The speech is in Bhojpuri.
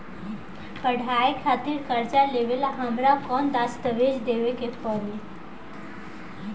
पढ़ाई खातिर कर्जा लेवेला हमरा कौन दस्तावेज़ देवे के पड़ी?